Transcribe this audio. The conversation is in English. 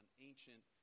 ancient